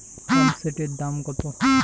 পাম্পসেটের দাম কত?